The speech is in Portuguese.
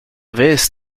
vez